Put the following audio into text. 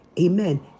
amen